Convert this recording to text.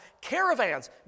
caravans